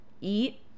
eat